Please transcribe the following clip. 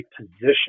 position